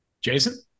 Jason